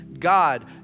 God